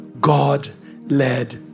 God-led